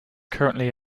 currently